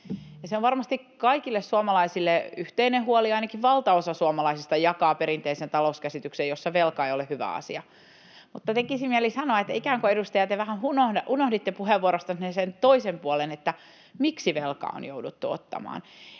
Se on varmasti kaikille suomalaisille yhteinen huoli; ainakin valtaosa suomalaisista jakaa perinteisen talouskäsityksen, jossa velka ei ole hyvä asia. Mutta tekisi mieli sanoa, että te, edustaja, ikään kuin vähän unohditte puheenvuorostanne sen toisen puolen, miksi velkaa on jouduttu ottamaan